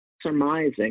surmising